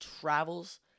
travels